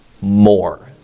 more